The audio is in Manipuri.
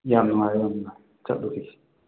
ꯌꯥꯝ ꯅꯨꯡꯉꯥꯏꯔꯦ ꯑꯗꯨꯅ ꯆꯠꯂꯨꯈꯤꯒꯦ